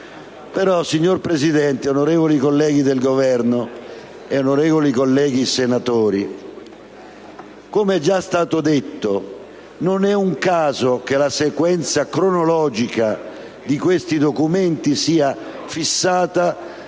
signor Presidente, onorevoli rappresentanti del Governo e onorevoli senatori, come è già stato detto, non è un caso che la sequenza cronologica di questi documenti sia fissata